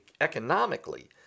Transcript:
economically